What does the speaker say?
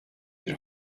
bir